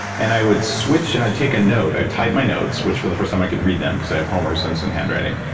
and i would switch and i'd take a note. i'd type my notes, which for the first time i could read them, because i have homer simpson handwriting.